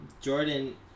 Jordan